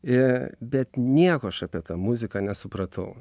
ir bet nieko aš apie tą muziką nesupratau